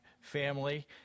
family